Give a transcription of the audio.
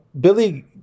Billy